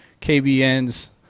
KBN's